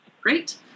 Great